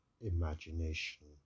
imagination